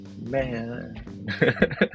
man